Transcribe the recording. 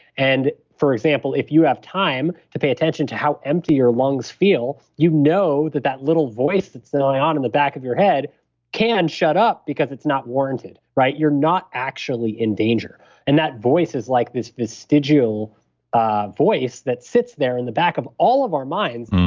and for example, if you have time to pay attention to how empty your lungs feel, you know that that little voice that's going on in the back of your head can shut up because it's not warranted. right? you're not actually in danger and that voice is like this vestigial ah voice that sits there in the back of all of our minds,